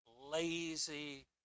lazy